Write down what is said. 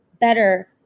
better